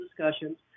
discussions